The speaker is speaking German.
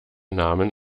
namen